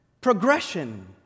progression